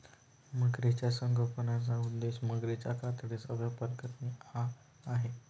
मगरीच्या संगोपनाचा उद्देश मगरीच्या कातडीचा व्यापार करणे हा आहे